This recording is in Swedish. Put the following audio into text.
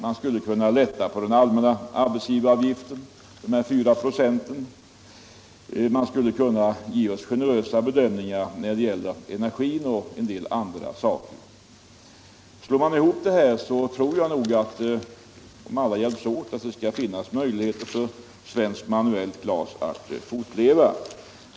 Man skulle kunna lätta på den allmänna arbetsgivaravgiften, som nu är 4 96, man skulle kunna göra generösare bedömningar när det gäller energin osv. Om alla hjälps åt tror jag att det skall finnas möjligheter för den svenska manuella glasindustrin att fortleva.